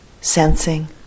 sensing